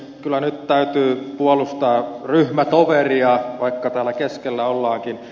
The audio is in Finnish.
kyllä nyt täytyy puolustaa ryhmätoveria vaikka täällä keskellä ollaankin